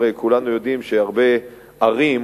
הרי כולנו יודעים שהרבה ערים,